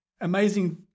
amazing